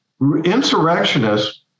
insurrectionists